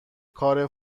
کار